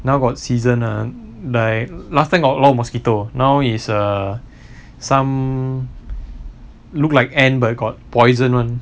now got season ah like last time got lot mosquito now is err some look like ant but got poison [one]